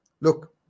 Look